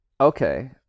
Okay